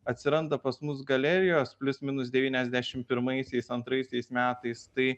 atsiranda pas mus galerijos plius minus devyniasdešim pirmaisiais antraisiais metais tai